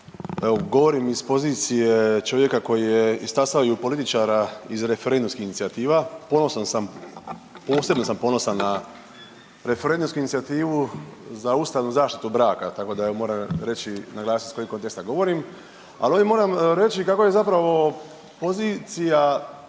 evo govorim iz pozicije čovjeka koji je stasao i u političara iz referendumskih inicijativa. Ponosan sam, posebno sam ponosan na referendumsku inicijativu za ustavnu zaštitu braka, tako da moram reći, naglasiti sa kojeg konteksta govorim. Ali ovdje moram reći kako je zapravo pozicija,